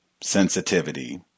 sensitivity